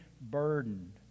burdened